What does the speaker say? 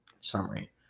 Summary